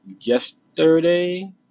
yesterday